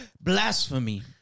Blasphemy